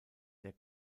der